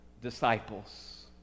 disciples